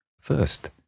First